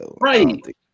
Right